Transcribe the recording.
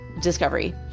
discovery